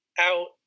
out